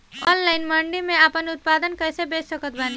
Online मंडी मे आपन उत्पादन कैसे बेच सकत बानी?